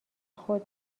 خود